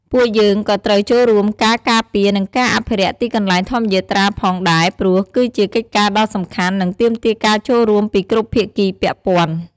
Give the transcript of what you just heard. ពួកយើងក៏ត្រូវចូលរួមការការពារ និងការអភិរក្សទីកន្លែងធម្មយាត្រាផងដែរព្រោះ គឺជាកិច្ចការដ៏សំខាន់ និងទាមទារការចូលរួមពីគ្រប់ភាគីពាក់ព័ន្ធ៖